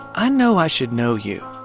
i know i should know you,